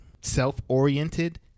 self-oriented